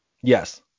Yes